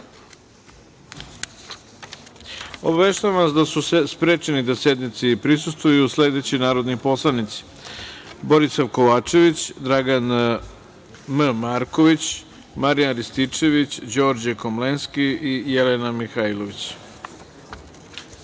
vas da su sprečeni da sednici prisustvuju sledeći narodni poslanici: